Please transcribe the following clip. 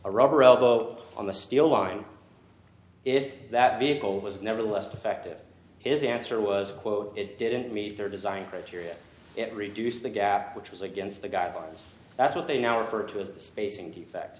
a rubber elbow on the steel line if that vehicle was nevertheless defective his answer was quote it didn't meet their design criteria it reduce the gap which was against the guidelines that's what they now refer to as the spacing defect